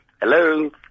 Hello